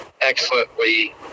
excellently